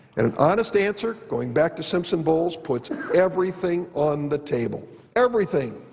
and an honest answer, going back to simpson-bowles, puts everything on the table everything.